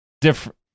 different